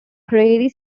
prairie